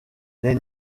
les